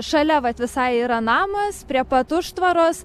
šalia vat visai yra namas prie pat užtvaros